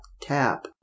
tap